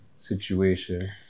situation